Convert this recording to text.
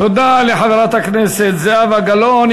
תודה לחברת הכנסת זהבה גלאון.